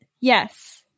Yes